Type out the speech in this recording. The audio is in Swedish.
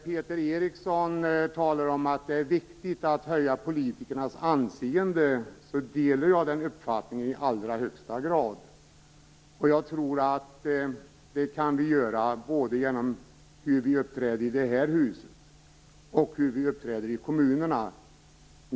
Peter Eriksson talar om att det är viktigt att höja politikernas anseende. Jag delar den uppfattningen i allra högsta grad. Det kan vi göra genom vårt uppträdande både i det här huset och i kommunerna.